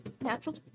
Natural